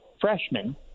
freshmen